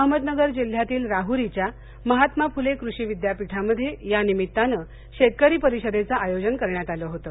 अहमदनगर जिल्ह्यातील राहरीच्या महात्मा फुले कृषी विद्यापीठामध्ये या निमित्तानं शेतकरी परिषदेचं आयोजन करण्यात आलं होतं